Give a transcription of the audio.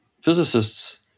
physicists